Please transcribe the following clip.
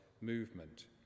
movement